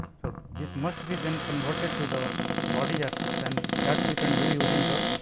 so, this must be then converted to the body axis and that we can do using the